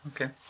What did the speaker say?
Okay